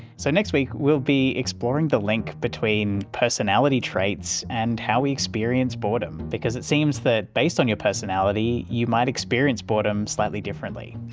so next week we'll be exploring the link between personality traits and how we experience boredom. because it seems that based on your personality you might experience boredom slightly differently.